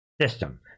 system